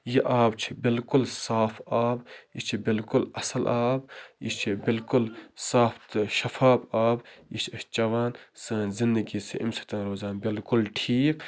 یہِ آب چھِ بِلکُل صاف آب یہِ چھِ بِلکُل اَصٕل آب یہِ چھِ بِلکُل صاف تہٕ شَفاف آب یہِ چھِ أسۍ چٮ۪وان سٲنۍ زنٛدگی چھِ اَمہِ سۭتۍ روزان بِلکُل ٹھیٖک